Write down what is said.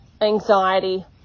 anxiety